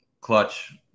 clutch